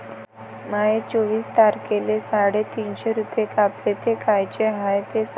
माये चोवीस तारखेले साडेतीनशे रूपे कापले, ते कायचे हाय ते सांगान का?